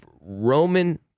Roman